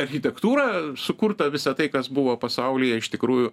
architektūrą sukurta visa tai kas buvo pasaulyje iš tikrųjų